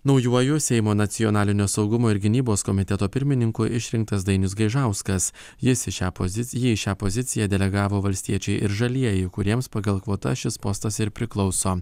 naujuoju seimo nacionalinio saugumo ir gynybos komiteto pirmininku išrinktas dainius gaižauskas jis į šią poziciją į šią poziciją delegavo valstiečiai ir žalieji kuriems pagal kvotas šis postas ir priklauso